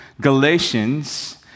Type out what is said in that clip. Galatians